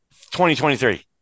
2023